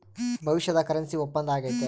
ಭವಿಷ್ಯದ ಕರೆನ್ಸಿ ಒಪ್ಪಂದ ಆಗೈತೆ